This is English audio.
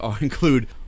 include